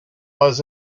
was